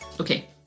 Okay